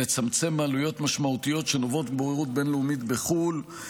לצמצם עלויות משמעותיות שנובעות מבוררות בין-לאומית בחו"ל.